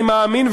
אני מאמין,